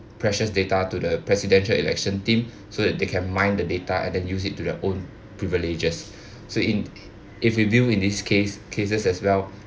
precious data to the presidential election team so that they can mine the data and and use it to their own privileges so in if we view in this case cases as well